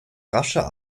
rascher